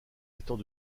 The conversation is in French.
étant